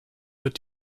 wird